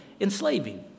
enslaving